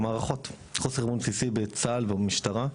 במערכות, חוסר אמון בסיסי בצה"ל ובמשטרה,